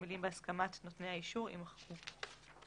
המילים "בהסכמת נותני האישור" יימחקו.